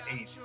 eight